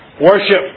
worship